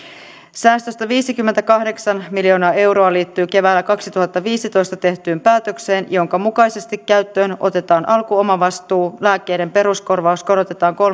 säästöstä viisikymmentäkahdeksan miljoonaa euroa liittyy keväällä kaksituhattaviisitoista tehtyyn päätökseen jonka mukaisesti käyttöön otetaan alkuomavastuu lääkkeiden peruskorvaus korotetaan